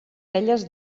elles